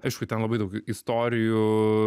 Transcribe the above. aišku ten labai daug istorijų